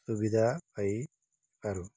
ସୁବିଧା ପାଇପାରୁ